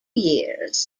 years